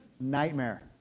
Nightmare